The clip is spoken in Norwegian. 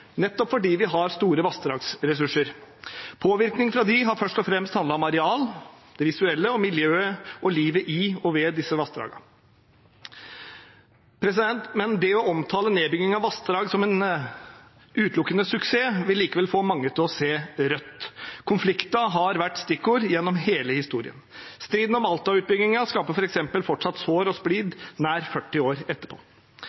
nettopp fordi vi har store vassdragsressurser. Påvirkning fra dem har først og fremst handlet om areal, det visuelle og miljøet og livet i og ved disse vassdragene. Men det å omtale nedbygging av vassdrag som en utelukkende suksess vil likevel få mange til å se rødt. Konflikter har vært et stikkord gjennom hele historien. Striden om Alta-utbyggingen skaper f.eks. fortsatt sår og